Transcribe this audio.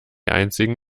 einzigen